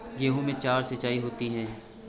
गेहूं में चार सिचाई होती हैं